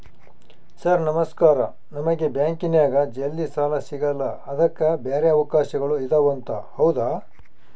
Sir ನಮಸ್ಕಾರ ನಮಗೆ ಬ್ಯಾಂಕಿನ್ಯಾಗ ಜಲ್ದಿ ಸಾಲ ಸಿಗಲ್ಲ ಅದಕ್ಕ ಬ್ಯಾರೆ ಅವಕಾಶಗಳು ಇದವಂತ ಹೌದಾ?